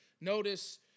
Notice